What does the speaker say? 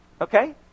Okay